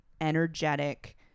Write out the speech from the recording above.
energetic